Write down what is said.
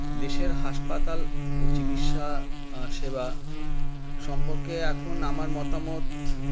দেশের হাসপাতাল ও চিকিৎসা সেবা সম্পর্কে এখন আমার মতামত